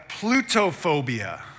plutophobia